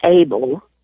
able